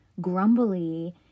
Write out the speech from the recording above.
grumbly